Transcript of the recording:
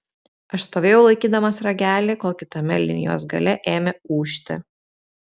aš stovėjau laikydamas ragelį kol kitame linijos gale ėmė ūžti